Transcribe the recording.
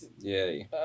Yay